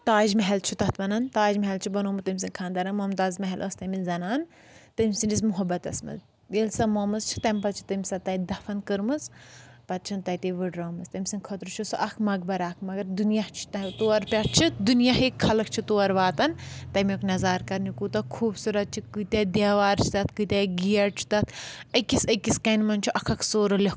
تاج محل چھُ تَتھ وَنان تاج محل چھُ بنومُت تٔمۍ سٕنٛدِ خانٛدارَن موٚمتاز محل ٲسۍ تمِس زَنان تٔمۍ سٕنٛدِس موٚحبَتَس منٛز ییٚلہِ سۄ مومٕژۍ چھِ تیٚمہِ پَتہٕ چھِ تٔمۍ سہَ تَتہِ دَفَن کٔرمٕژ پَتہٕ چھَن تَتے وٕڈرٲمٕژ تٔمۍ سٕنٛدِ خٲطرٕ چھُ سُہ اکھ مَقبر اکھ مگر دُنیا چھُ تور پؠٹھ چھِ دُنیاہِک خلق چھُ تور واتَن تمیُک نظارٕ کَرنہِ کوٗتاہ خوٗبصوٗرت چھِ کۭتیاہ دیوار چھِ تَتھ کۭتیٛاہ گیٹ چھُ تَتھ أکِس أکِس کَنہِ منٛز چھُ اکھ اکھ سورٕ لیکھمو